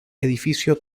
edificio